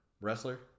Wrestler